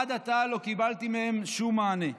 עד עתה לא קיבלתי מהם שום מענה.